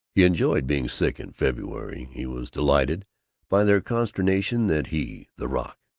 he enjoyed being sick in february he was delighted by their consternation that he, the rock,